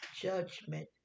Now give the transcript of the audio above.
judgment